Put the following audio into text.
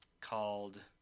called